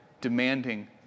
demanding